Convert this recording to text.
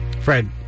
Fred